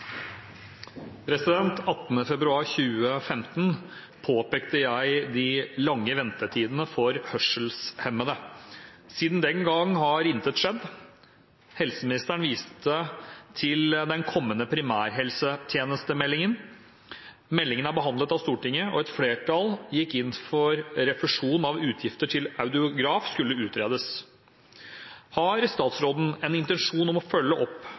fremover. «18. februar 2015 påpekte jeg de lange ventetidene for hørselshemmede. Siden den gang har intet skjedd. Helseministeren viste til den kommende primærhelsetjenestemeldingen. Meldingen er behandlet av Stortinget, og et flertall gikk inn for at refusjon av utgifter til audiograf skulle utredes. Har statsråden en intensjon om å følge opp